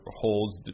holds